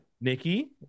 Nikki